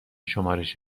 شمارش